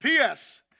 PS